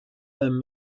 them